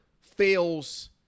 fails